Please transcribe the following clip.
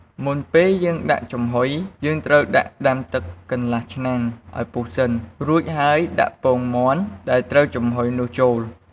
មុនពេលយើងដាក់ចំហុយ យើងត្រូវដាក់ដាំទឹកកន្លះឆ្នាំងឲ្យពុះសិន រួចហើយដាក់ពងមាន់ដែលត្រូវចំហុយនោះចូល។